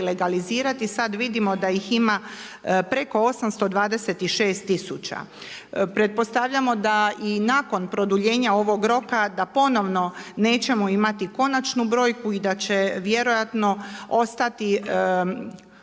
Sad vidimo da ih ima preko 826000. Pretpostavljamo da i nakon produljenja ovog roka, da ponovno nećemo imati konačnu brojku i da će vjerojatno ostati